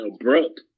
abrupt